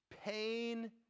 pain